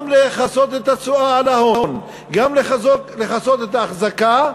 גם לכסות את התשואה להון, גם לכסות את האחזקה,